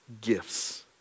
gifts